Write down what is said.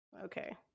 okay